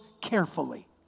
carefully